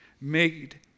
made